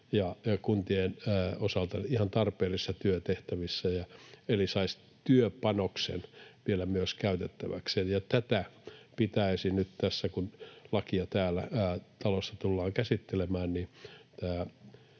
ja kuntien osalta ihan tarpeellisissa työtehtävissä, eli saisi työpanoksen vielä myös käytettäväkseen. Tätä palkkatuen osuutta pitäisi nyt tässä, kun lakia täällä talossa tullaan käsittelemään,